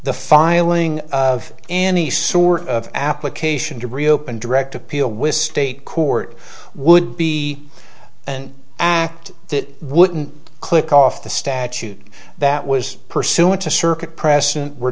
the filing of any sort of application to reopen direct appeal with state court would be an act that wouldn't click off the statute that was pursuant to circuit precedent we're